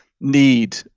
need